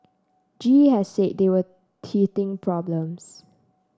G E has said they were teething problems